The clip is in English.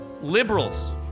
liberals